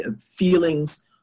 feelings